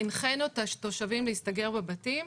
הנחינו את התושבים להסתגר בבתים.